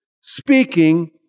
speaking